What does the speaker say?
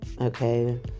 okay